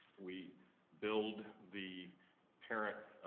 we build the parent